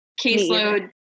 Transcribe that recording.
Caseload